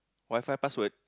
Wi-Fi password